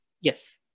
Yes